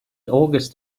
august